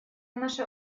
наша